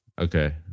Okay